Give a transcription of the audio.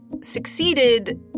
succeeded